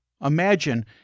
Imagine